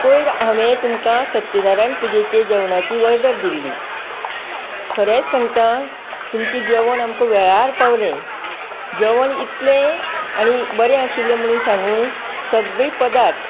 पयर हांवे तुमकां सत्यनारायण पुजेच्या जेवणाची वर्डर दिल्ली खरेंच सांगता तुमचें जेवण आमकां वेळार पावलें जेवण इतलें आनी बरें आशिल्लें म्हुणू सांगू सगळे पदार्थ